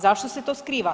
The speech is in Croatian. Zašto se to skriva?